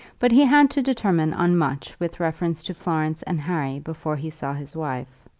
but he had to determine on much with reference to florence and harry before he saw his wife.